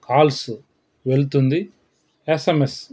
calls వెళ్తుంది SMS